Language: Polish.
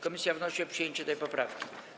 Komisja wnosi o przyjęcie tej poprawki.